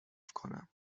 کنم